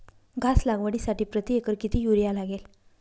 घास लागवडीसाठी प्रति एकर किती युरिया लागेल?